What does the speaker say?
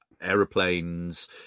aeroplanes